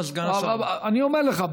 אני אומר לך,